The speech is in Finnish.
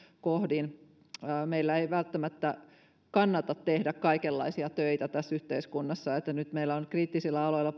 kohdin meidän ei välttämättä kannata tehdä kaikenlaisia töitä tässä yhteiskunnassa nyt meillä on kriittisillä aloilla